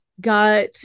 got